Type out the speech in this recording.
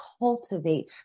cultivate